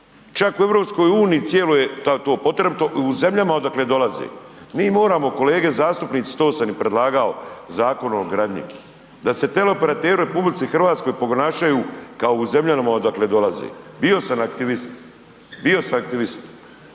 Čak u EU cijeloj je to potrebito u zemljama odakle dolaze. Mi moramo kolege zastupnici, to sam i predlagao Zakon o gradnji, da se teleoperateri u RH ponašaju kao u zemljama odakle dolaze, bio sam aktivist, bio sam aktivist,